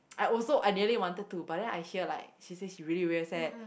I also I nearly wanted to but then I hear like she say she really very sad